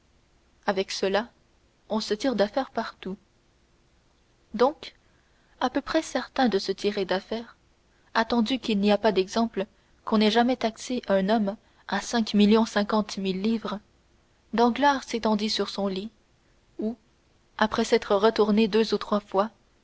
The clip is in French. avec cela on se tire d'affaire partout donc à peu près certain de se tirer d'affaire attendu qu'il n'y a pas d'exemple qu'on ait jamais taxé un homme à cinq millions cinquante mille livres danglars s'étendit sur son lit où après s'être retourné deux ou trois fois